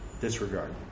Disregard